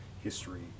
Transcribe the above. history